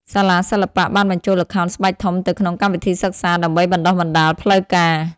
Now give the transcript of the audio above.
សាលាសិល្បៈ បានបញ្ចូលល្ខោនស្បែកធំទៅក្នុងកម្មវិធីសិក្សាដើម្បីបណ្តុះបណ្តាលផ្លូវការ។